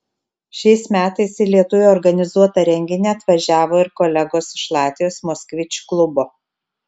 šiais metais į lietuvių organizuotą renginį atvažiavo ir kolegos iš latvijos moskvič klubo